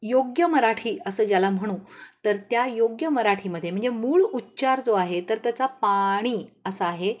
योग्य मराठी असं ज्याला म्हणू तर त्या योग्य मराठीमध्ये म्हणजे मूळ उच्चार जो आहे तर त्याचा पाणी असा आहे